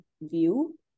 view